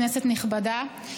כנסת נכבדה,